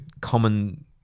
common